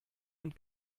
und